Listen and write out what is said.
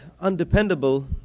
undependable